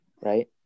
right